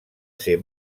ser